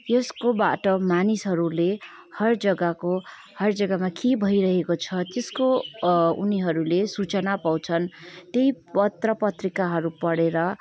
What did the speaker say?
यसको बाट मानिसहरूले हर जग्गाको हर जग्गामा के भइरहेको छ त्यसको उनीहरूले सूचना पाउँछन् त्यही पत्र पत्रिकाहरू पढेर